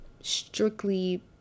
strictly